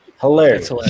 Hilarious